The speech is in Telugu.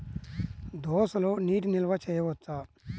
దోసలో నీటి నిల్వ చేయవచ్చా?